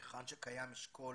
היכן שקיים אשכול,